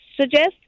suggest